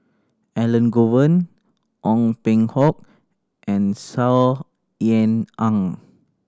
Elangovan Ong Peng Hock and Saw Ean Ang